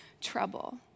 trouble